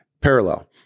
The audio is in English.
Parallel